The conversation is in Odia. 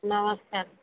ନମସ୍କାର